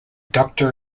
doctor